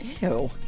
Ew